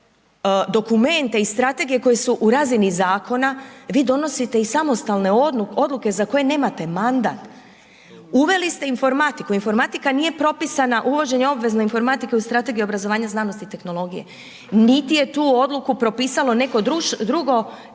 dokumente i strategije koje su u razini zakona vi donosite i samostalne odluke za koje nemate mandat. Uveli ste informatiku, informatika nije propisana, uvođenje obvezne informatike u Strategiji obrazovanja, znanosti i tehnologije, niti je tu odluku propisalo neko drugo